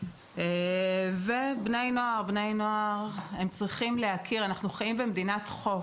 בני נוער אנחנו חיים במדינת חוף.